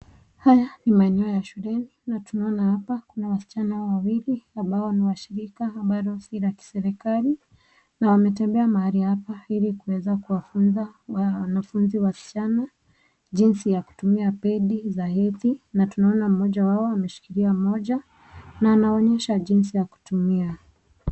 Haya ni maeneo ya shuleni na tunaona hapa kuna wasichana wawili ambao ni washirika ambalo si la kiserekali na wametembea mahali hapa ili kuweza kuwafunza wanafunzi wasichana jinsi ya kutumia pedi za hedhi na tunaona mmoja wao ameshikilia moja na anawaonyesha jinsi ya kutumia.